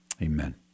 Amen